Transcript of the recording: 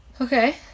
Okay